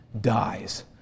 dies